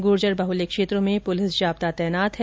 गुर्जर बाहुल्य क्षेत्रों में पुलिस जाब्ता तैनात है